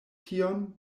tion